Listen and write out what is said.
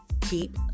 keep